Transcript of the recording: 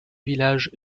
village